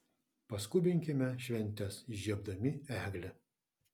paskubinkime šventes įžiebdami eglę